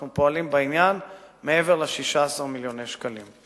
אנחנו פועלים בעניין, מעבר ל-16 מיליוני השקלים.